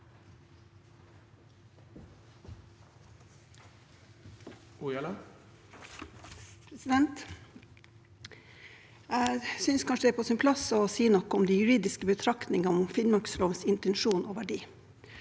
Ojala (PF) Jeg synes kanskje det er på sin plass å si noe om de juridiske betenkningene om Finnmarkslovens intensjon og verdi.